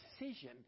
decision